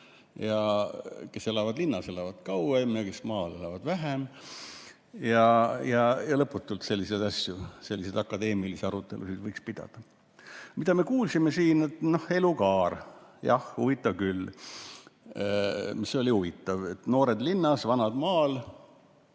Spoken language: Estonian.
kes elavad linnas, elavad kauem, ja need, kes maal, elavad vähem. Lõputult on selliseid asju ja selliseid akadeemilisi arutelusid võiks pidada. Mida me kuulsime siin? Elukaar. Jah, huvitav küll. Oli huvitav, et noored linnas, vanad maal